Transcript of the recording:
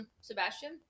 Sebastian